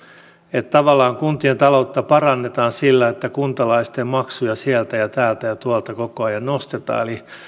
että tavallaan kuntien taloutta parannetaan sillä että kuntalaisten maksuja siellä ja täällä ja tuolla koko ajan nostetaan eli